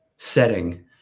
setting